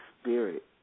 spirit